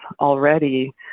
already